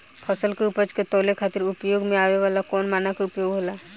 फसल के उपज के तौले खातिर उपयोग में आवे वाला कौन मानक के उपयोग होला?